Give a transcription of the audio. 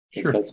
Sure